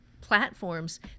platforms